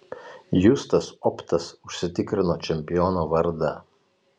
justas optas užsitikrino čempiono vardą